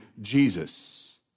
Jesus